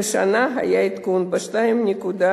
והשנה היה עדכון ב-2.6%.